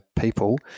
people